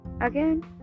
Again